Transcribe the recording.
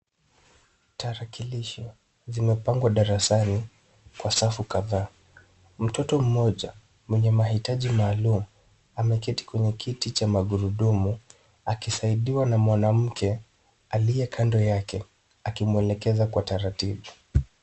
Tarakilishi zimepangwa darasani kwa safu kadhaa. Mtoto mmoja, mwenye mahitaji maalum ameketi kwenye kiti cha magurudumu akisaidiwa na mwanamke aliye kando yake akimwelekeza kwa taratibu.